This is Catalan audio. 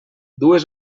dues